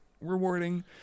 rewarding